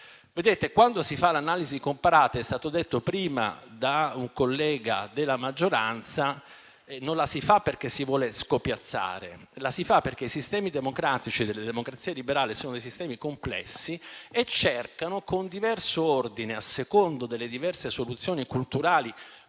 Quando si fa l'analisi comparata - è stato detto prima da un collega della maggioranza - non la si fa perché si vuole scopiazzare, ma perché i sistemi delle democrazie liberali sono sistemi complessi e cercano, con diverso ordine, a seconda delle diverse soluzioni culturali,